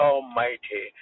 Almighty